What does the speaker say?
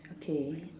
okay